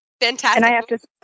Fantastic